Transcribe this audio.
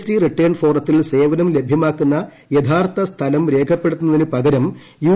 T return ഫോറത്തിൽ സേവനം ലഭ്യമാക്കുന്ന യഥാർത്ഥ സ്ഥലം രേഖപ്പെടുത്തുന്നതിനുപകരം യു